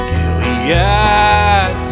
Gilead